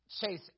chase